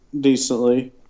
decently